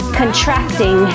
contracting